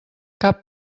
cap